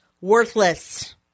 worthless